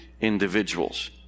individuals